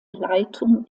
leitung